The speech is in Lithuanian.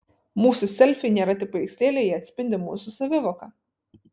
mūsų selfiai nėra tik paveikslėliai jie atspindi mūsų savivoką